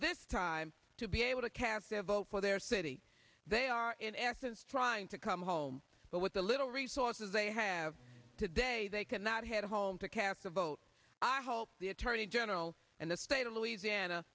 this time to be able to cast their vote for their city they are in essence trying to come home but with the little resources they have today they cannot head home to cast a vote i hope the attorney general and the state of louisiana